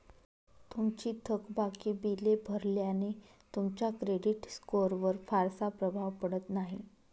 तुमची थकबाकी बिले भरल्याने तुमच्या क्रेडिट स्कोअरवर फारसा प्रभाव पडत नाही